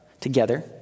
together